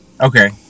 Okay